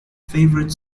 favorite